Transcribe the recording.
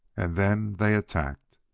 and then they attacked.